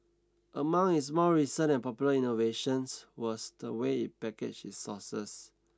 among its more recent and popular innovations was the way it packaged its sauces